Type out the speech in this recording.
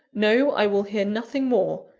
no! i will hear nothing more.